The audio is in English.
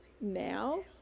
now